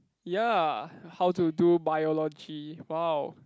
ya how to do biology wow